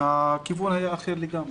הכיוון היה אחר לגמרי.